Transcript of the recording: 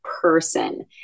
person